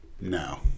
No